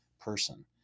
person